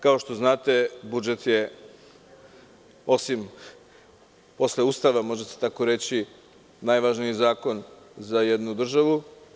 Kao što znate, budžet je posle Ustava, može se tako reći, najvažniji zakon za jednu državu.